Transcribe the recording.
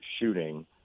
shooting